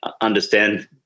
Understand